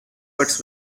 cuts